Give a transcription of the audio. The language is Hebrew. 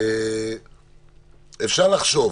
אפשר לחשוב.